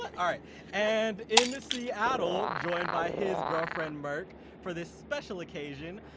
um and in seattle, joined by his girlfriend merk for this special occasion,